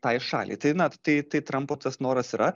tai šaliai tai na tai tai trampo tas noras yra